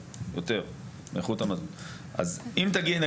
אם נגיע לדבר הזה, אז מה טוב ומה נעים.